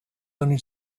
only